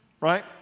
right